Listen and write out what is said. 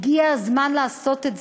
הגיע הזמן לעשות את זה.